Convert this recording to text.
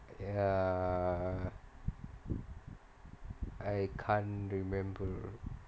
ya err I can't remember